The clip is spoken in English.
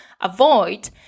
avoid